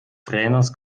trainers